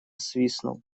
свистнул